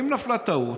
אם נפלה טעות,